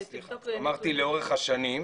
אמרתי לאורך השנים.